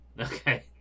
Okay